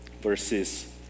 verses